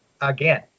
again